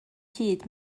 hyd